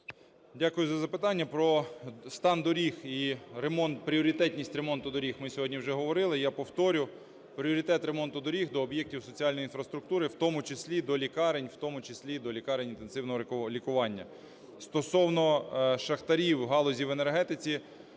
Дякую за запитання. Про стан доріг і пріоритетність ремонту доріг ми сьогодні вже говорили. Я повторю: пріоритет ремонту доріг до об'єктів соціальної інфраструктури, в тому числі до лікарень, в тому числі до лікарень інтенсивного лікування. Стосовно шахтарів у галузі в енергетиці